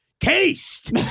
Taste